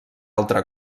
altra